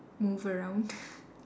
move around